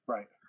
Right